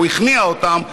הלוא הוא הכניע אותם,